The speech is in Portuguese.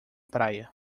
praia